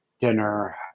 dinner